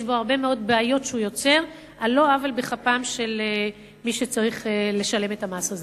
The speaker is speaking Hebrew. הוא יוצר הרבה מאוד בעיות על לא עוול בכפו של מי שצריך לשלם את המס הזה.